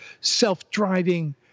self-driving